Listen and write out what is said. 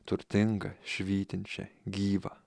turtingą švytinčią gyvą